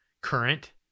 current